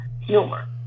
humor